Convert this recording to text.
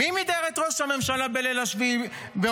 מי מידר את ראש הממשלה בליל 7 באוקטובר?